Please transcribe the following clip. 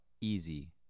easy